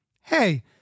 hey